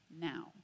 now